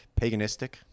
paganistic